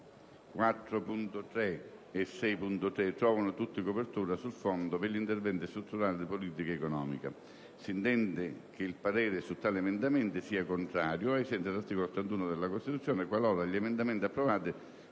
4.3 e 6.3 trovano tutti copertura sul Fondo per gli interventi strutturali di politica economica (FISPE), si intende che il parere su tali emendamenti sia contrario, ai sensi dell'articolo 81 della Costituzione, qualora gli emendamenti approvati